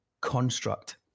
construct